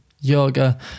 yoga